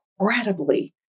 incredibly